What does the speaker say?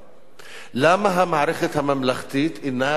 למה המערכת הממלכתית אינה יכולה